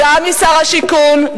גם משר השיכון,